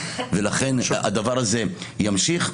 ולכן הדבר הזה ימשיך.